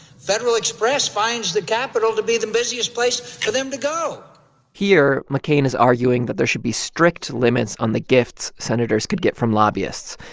federal express finds the capital to be the busiest busiest place for them to go here, mccain is arguing that there should be strict limits on the gifts senators could get from lobbyists.